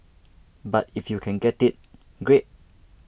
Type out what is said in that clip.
but if you can get it great